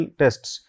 tests